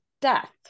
death